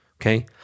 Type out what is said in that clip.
okay